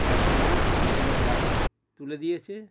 এক নম্বর পিছনে গার্ড তুলে দিয়েছে